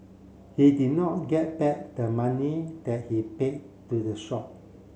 he did not get back the money that he paid to the shop